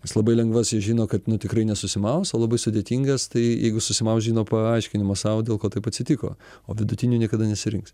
nes labai lengvas žino kad nu tikrai nesusimaus o labai sudėtingas tai jeigu susimaus žino paaiškinimo sau dėl ko taip atsitiko o vidutinių niekada nesirinks